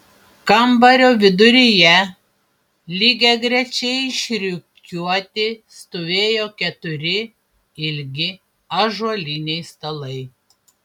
kambario viduryje lygiagrečiai išrikiuoti stovėjo keturi ilgi ąžuoliniai stalai